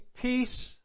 Peace